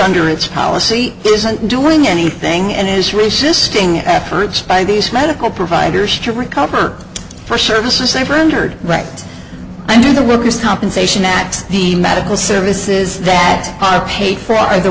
under its policy isn't doing anything and is resisting efforts by these medical providers to recover for services a friend heard right and the workers compensation at the medical services that are paid for are the